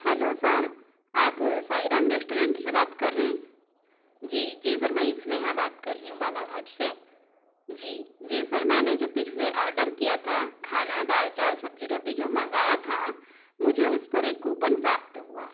hello sir आप Sairam restaurant से बात कर रहें हैं जी जी सर में स्नेहा बात कर रही हूँ बालाघाट से जी जी सर मैंने जो पिछले ऑर्डर किया था खाना दाल चावल सब्जी रोटी जो मंगाया था मुझे उस पर एक कूपन प्राप्त हुआ है